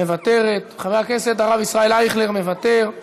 מוותרת, חבר הכנסת הרב ישראל אייכלר, מוותר,